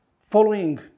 following